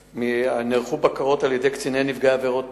שנערכו בקרות על-ידי קציני נפגעי עבירות